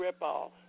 ripoff